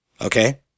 Okay